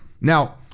Now